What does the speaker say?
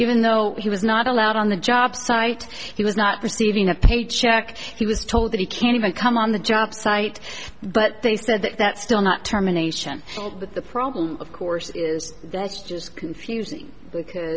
even though he was not allowed on the jobsite he was not receiving a paycheck he was told that he can't even come on the job site but they said that that's still not terminations but the problem of course is that's just confusing because